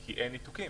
כי אין ניתוקים.